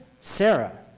Sarah